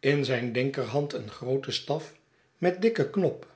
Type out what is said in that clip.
in zijn linkerhand een grooten staf met dikken knop